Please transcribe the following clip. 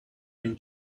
been